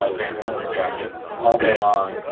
ah vancouver jacket all day long.